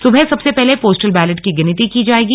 सुबह सबसे पहले पोस्टल बैलेट की गिनती की जाएगी